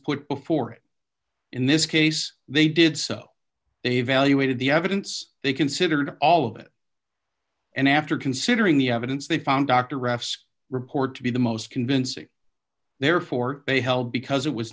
put before it in this case they did so they evaluated the evidence they considered all of it and after considering the evidence they found dr refs report to be the most convincing therefore they held because it was